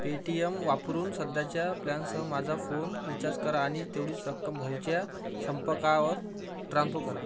Paytm वापरून सध्याच्या प्लॅनसह माझा फोन रिचार्ज करा आणि तेवढीच रक्कम भाऊच्या संपर्कावर ट्रानफ करा